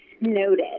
Noted